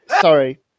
Sorry